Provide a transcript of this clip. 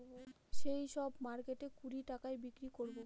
সেই সব মার্কেটে কুড়ি টাকায় বিক্রি করাবো